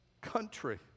country